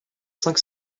cinq